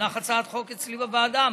מונחת הצעת חוק אצלי בוועדה,